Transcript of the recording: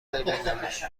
ببینمش